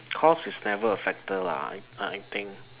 cost is never a factor lah I I think